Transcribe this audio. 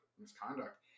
misconduct